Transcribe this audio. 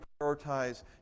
prioritize